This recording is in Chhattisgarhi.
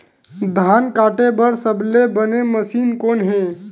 धान काटे बार सबले बने मशीन कोन हे?